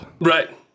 right